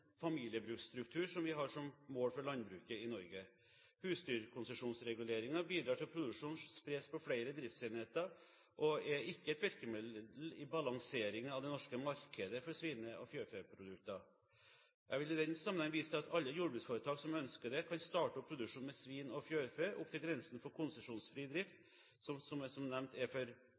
familiebruksstruktur vi har som mål for landbruket i Norge. Husdyrkonsesjonsreguleringen bidrar til at produksjonen spres på flere driftsenheter, og er ikke et virkemiddel i balanseringen av det norske markedet for svine- og fjørfeprodukter. Jeg vil i den sammenheng vise til at alle jordbruksforetak som ønsker det, kan starte opp produksjon med svin og fjørfe opp til grensen for konsesjonsfri drift, som – som nevnt – for